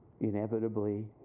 inevitably